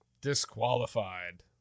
Disqualified